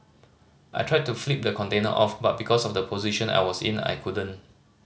I tried to flip the container off but because of the position I was in I couldn't